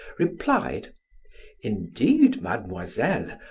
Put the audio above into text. replied indeed, mademoiselle,